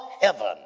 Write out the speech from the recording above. heaven